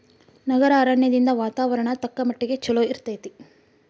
ನಗರ ಅರಣ್ಯದಿಂದ ವಾತಾವರಣ ತಕ್ಕಮಟ್ಟಿಗೆ ಚಲೋ ಇರ್ತೈತಿ